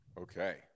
Okay